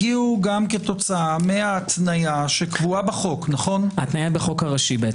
הגיעו גם כתוצאה מההתניה שקבועה בחוק הראשי.